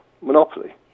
monopoly